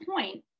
point